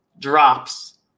drops